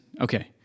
okay